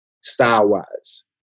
style-wise